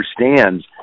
understands